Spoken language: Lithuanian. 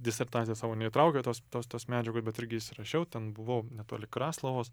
disertacijoj savo neįtraukiau tos tos tos medžiagos bet irgi įsirašiau ten buvau netoli kraslavos